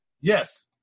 Yes